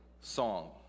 song